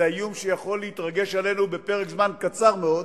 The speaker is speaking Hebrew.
אלא איום שיכול להתרגש עלינו בפרק זמן קצר מאוד,